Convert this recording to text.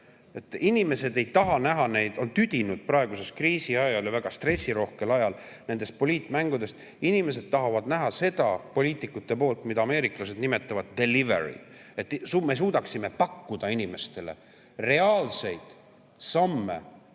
Inimesed ei taha seda näha, nad on tüdinud praeguse kriisi ajal ja väga stressirohkel ajal nendest poliitmängudest. Inimesed tahavad näha seda, mida ameeriklased nimetavaddelivery, et me poliitikutena suudaksime pakkuda inimestele reaalseid samme